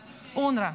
אונר"א.